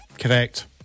Correct